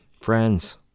friends